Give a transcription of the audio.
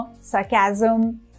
sarcasm